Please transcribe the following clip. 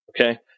Okay